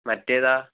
മറ്റേത്